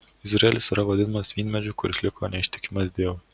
izraelis yra vadinamas vynmedžiu kuris liko neištikimas dievui